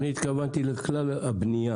אני התכוונתי לכלל הבנייה.